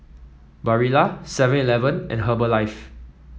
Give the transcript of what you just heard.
Barilla Seven Eleven and Herbalife